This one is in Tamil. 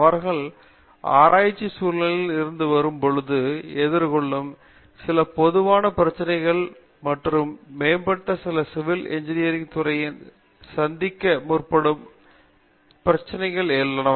அவர்கள் ஒரு ஆராய்ச்சி சூழலில் இருந்து வரும் பொழுது எதிர்கொள்ளும் சில பொதுவான பிரச்சினைகள் மற்றும் மேம்பட்ட சிவில் இன்ஜினியரிங் துறையினர் சந்திக்க முற்படும் குறிப்பிட்ட பிரச்சினைகள் உள்ளனவா